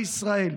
בישראל,